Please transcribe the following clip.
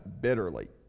bitterly